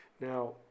Now